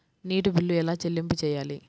నీటి బిల్లు ఎలా చెల్లింపు చేయాలి?